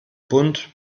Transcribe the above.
bund